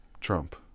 Trump